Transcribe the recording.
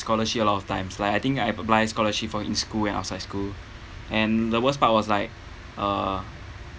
scholarship a lot of times like I think I've applied scholarship for in school outside school and the worst part was like uh